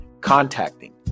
Contacting